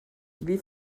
wie